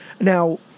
Now